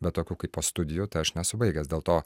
bet tokių kaip po studijų tai aš nesu baigęs dėlto